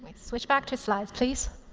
switch back to slides, please?